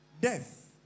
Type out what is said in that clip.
death